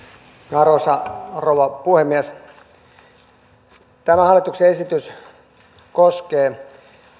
arvoisa rouva puhemies tämä hallituksen esitys koskee